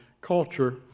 culture